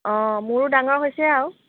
অঁ মোৰো ডাঙৰ হৈছে আৰু